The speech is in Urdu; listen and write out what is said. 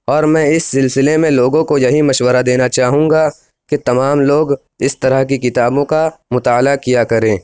اور میں اِس سلسلے میں لوگوں کو یہی مشورہ دینا چاہوں گا کہ تمام لوگ اِس طرح کی کتابوں کا مطالعہ کیا کریں